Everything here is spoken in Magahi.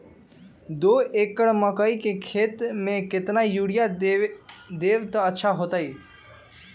दो एकड़ मकई के खेती म केतना यूरिया देब त अच्छा होतई?